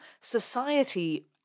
society